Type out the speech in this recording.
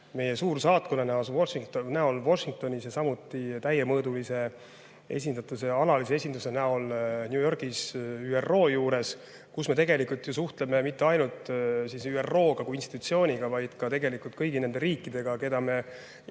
meie suursaatkonna näol Washingtonis ja samuti täiemõõdulise esindatuse ja alalise esinduse näol New Yorgis ÜRO juures, kus me tegelikult suhtleme mitte ainult ÜRO-ga kui institutsiooniga, vaid tegelikult kõigi nende riikidega, keda me